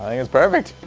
it's perfect!